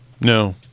no